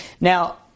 Now